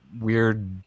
weird